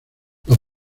los